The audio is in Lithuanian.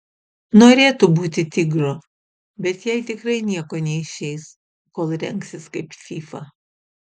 norėtų būti tigro bet jai tikrai nieko neišeis kol rengsis kaip fyfa